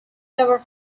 never